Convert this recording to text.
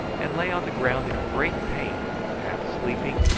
and lay on the ground in great pain, half sleeping,